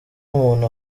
umuntu